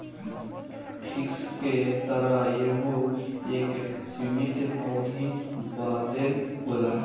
fix के तरह यहू एक सीमित अवधी बदे होला